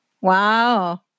Wow